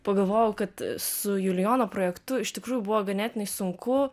pagalvojau kad su julijono projektu iš tikrųjų buvo ganėtinai sunku